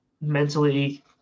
mentally